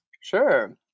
Sure